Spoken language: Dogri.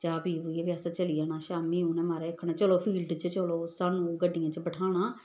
जां पी पूइयै फ्ही असें चली जाना शामीं उ'नें महाराज आक्खना चलो फील्ड च चलो सानूं गड्डियें च बठाना